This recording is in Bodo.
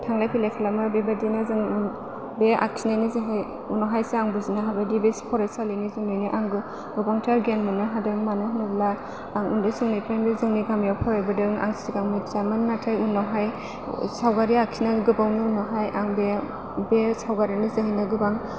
थांलाय फैलाय खालामो बेबायदिनो जोङो बे आखिनायनि जोहै उनावहायसो आं बुजिनो हाबाय दि बे फरायसानि जोंनिनो आंगो गोबांथार गियान मोननो हादों मानो होनोब्ला आं उन्दै समनिफ्रायनो जोंनि गामियाव फरायबोदों आं सिगां मिथियामोन नाथाय उनावहाय सावगारि आखिनानै गोबावनि उनावहाय आं बे बे सावगारिनि जोहैनो गोबां